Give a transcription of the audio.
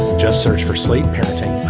just search for sleep, parenting